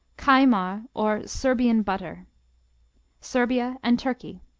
kajmar, or serbian butter serbia and turkey